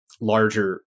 larger